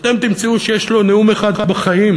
אתם תמצאו שיש לו נאום אחד בחיים.